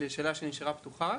לשאלה שנשארה פתוחה.